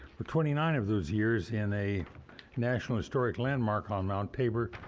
for twenty nine of those years in a national historic landmark on mount tabor,